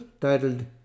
titled